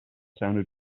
sounded